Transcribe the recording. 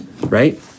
Right